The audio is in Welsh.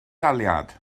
daliad